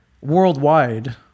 worldwide